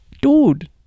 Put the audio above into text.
Dude